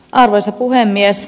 arvoisa puhemies